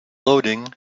loading